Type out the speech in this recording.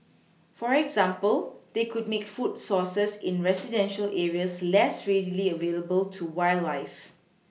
for example they could make food sources in residential areas less readily available to wildlife